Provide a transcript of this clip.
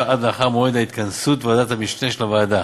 עד לאחר מועד התכנסות ועדת המשנה של הוועדה,